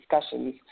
discussions